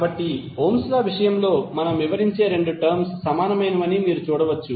కాబట్టి Ohm's law విషయంలో మనము వివరించే రెండు టర్మ్స్ సమానమైనవని మీరు చూడవచ్చు